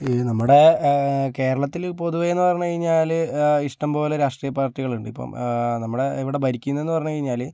ഈ നമ്മുടെ കേരളത്തിൽ പൊതുവെയെന്ന് പറഞ്ഞു കഴിഞ്ഞാൽ ഇഷ്ടംപോലെ രാഷ്ട്രീയ പാർട്ടികളുണ്ട് ഇപ്പോൾ നമ്മുടെ ഇവിടെ ഭരിക്കുന്നതെന്ന് പറഞ്ഞ് കഴിഞ്ഞാൽ